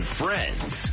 friends